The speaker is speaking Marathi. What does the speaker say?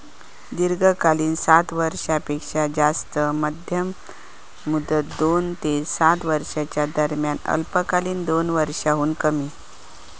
दीर्घकालीन सात वर्षांपेक्षो जास्त, मध्यम मुदत दोन ते सात वर्षांच्यो दरम्यान, अल्पकालीन दोन वर्षांहुन कमी